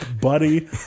buddy